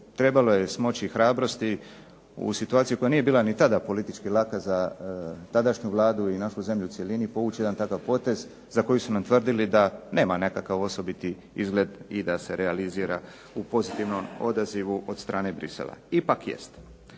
trebalo je smoći hrabrosti u situaciji koja nije bila ni tada politički jaka za tadašnju Vladu i našu zemlju u cjelini, povući jedan takav potez za koji su nam tvrdili da nema nekakav osobiti izgled i da se realizira u pozitivnom odazivu od strane Bruxellesa. Ipak, jest.